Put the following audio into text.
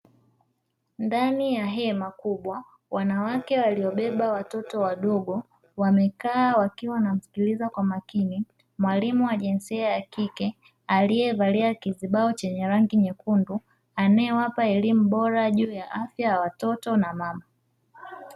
Ndani ya hema kubwa, wanawake waliobeba watoto wadogo, wamekaa wakiwa wanamsikiliza kwa makini mwalimu wa jinsia ya kike aliyevalia kizibao chenye rangi nyekundu, anayewapa elimu bora juu ya afya ya watoto na mama.